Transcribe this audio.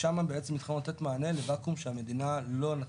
ושם בעצם התחלנו לתת מענה לוואקום שהמדינה לא נתנה.